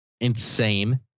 Insane